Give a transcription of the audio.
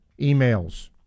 emails